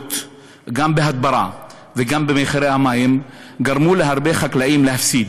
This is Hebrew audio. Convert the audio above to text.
שהעלויות גם של הדברה וגם של המים גרמו להרבה חקלאים להפסיד.